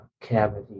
cavity